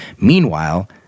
Meanwhile